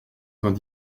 vingt